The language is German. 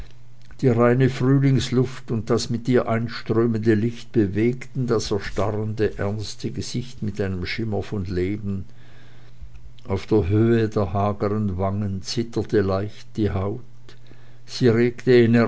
die reine frühlingsluft und das mit ihr einströmende licht bewegten das erstarrende ernste gesicht mit einem schimmer von leben auf der höhe der hageren wangen zitterte leicht die haut sie regte